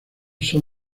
son